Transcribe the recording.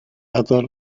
other